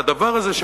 והדבר הזה,